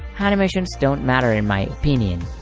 animations don't matter in my opinion.